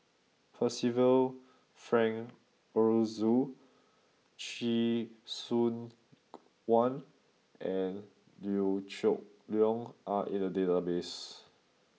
Percival Frank Aroozoo Chee Soon Juan and Liew Geok Leong are in the database